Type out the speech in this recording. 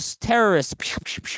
Terrorists